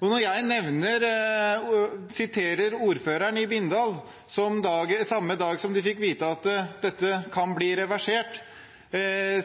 har. Når jeg siterer ordføreren i Bindal, som samme dag som de fikk vite at dette kan bli reversert,